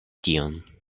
tion